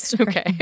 okay